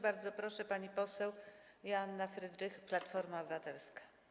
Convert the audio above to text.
Bardzo proszę, pani poseł Joanna Frydrych, Platforma Obywatelska.